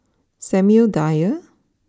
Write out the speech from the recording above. Samuel Dyer